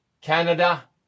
Canada